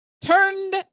turned